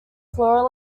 floral